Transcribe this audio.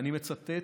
ואני מצטט: